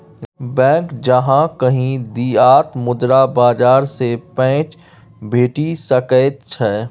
bank जँ कहि दिअ तँ मुद्रा बाजार सँ पैंच भेटि सकैत छै